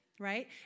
Right